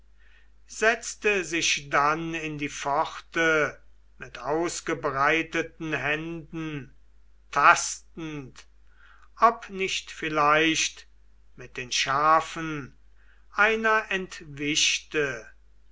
setzte sich dann in die pforte mit ausgebreiteten händen tastend ob nicht vielleicht mit den schafen einer entwischte